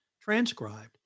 transcribed